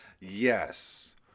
Yes